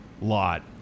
lot